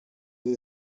jej